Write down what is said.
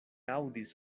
aŭdis